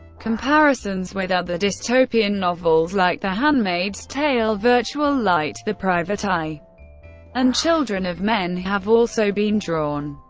comparisons with other dystopian novels like the handmaid's tale, virtual light, the private eye and children of men have also been drawn.